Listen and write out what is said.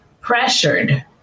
pressured